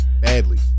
badly